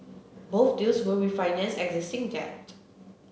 both deals will refinance existing debt